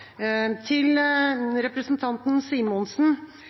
Til representanten Simonsen: